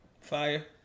Fire